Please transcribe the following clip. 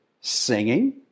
Singing